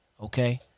Okay